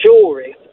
Jewelry